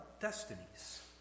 destinies